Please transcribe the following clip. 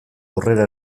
aurrera